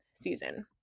season